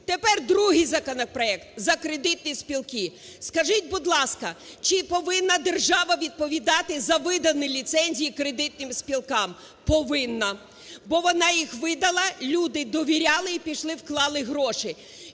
Тепер другий законопроект – за кредитні спілки. Скажіть, будь ласка, чи повинна держава відповідати за видані ліцензії кредитним спілкам? Повинна. Бо вона їх видала, люди довіряли і пішли вклали гроші.